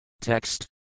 Text